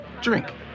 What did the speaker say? drink